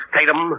Tatum